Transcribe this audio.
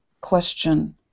question